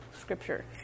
Scripture